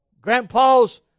grandpa's